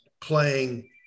playing –